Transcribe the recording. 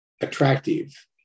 attractive